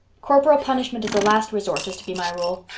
corporal punishment as a last resort is to be my rule.